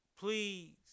please